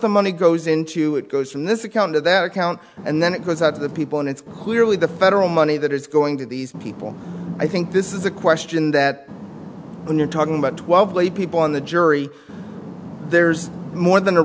the money goes into it goes from this account or that account and then it goes out to the people and it's clearly the federal money that is going to these people i think this is a question that when you're talking about twelve people on the jury there's more than a